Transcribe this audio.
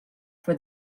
for